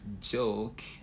joke